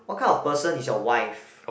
what kind of person is your wife